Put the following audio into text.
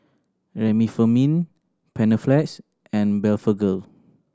Remifemin Panaflex and Blephagel